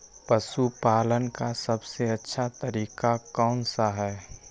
पशु पालन का सबसे अच्छा तरीका कौन सा हैँ?